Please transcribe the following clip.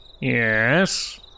Yes